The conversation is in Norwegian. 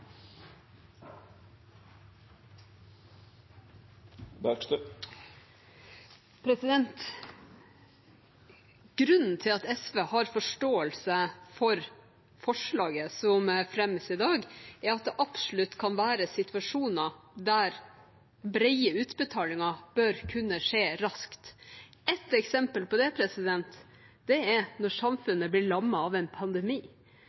Grunnen til at SV har forståelse for forslaget som fremmes i dag, er at det absolutt kan være situasjoner der brede utbetalinger bør kunne skje raskt. Et eksempel på det er når samfunnet blir lammet av en pandemi.